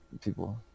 people